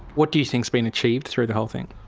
what do you think's been achieved through the whole thing?